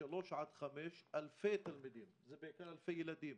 3 עד 5 בעיקר אלפי ילדים